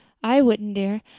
i wouldn't dare.